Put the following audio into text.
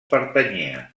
pertanyia